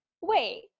wait